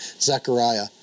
Zechariah